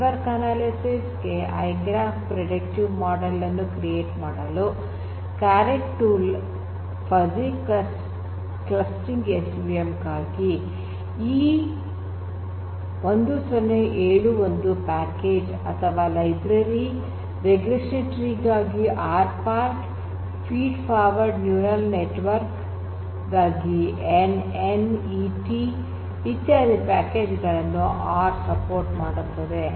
network analysis ಗೆ igraph predictive model ಅನ್ನು create ಮಾಡಲು caret tool fuzzy clustering SVM ಗಾಗಿ ಇ೧೦೭೨ ಪ್ಯಾಕೇಜ್ ಅಥವಾ ಲೈಬ್ರರಿ ರಿಗ್ರೆಷನ್ ಟ್ರೀ ಗಾಗಿ R part feed forward neural network ಗಾಗಿ ಎನ್ ಎನ್ ಈ ಟಿ ಇತ್ಯಾದಿ ಪ್ಯಾಕೇಜ್ ಗಳನ್ನು ಆರ್ ಬೆಂಬಲಿಸುತ್ತದೆ